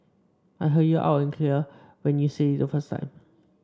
I heard you loud and clear when you said it the first time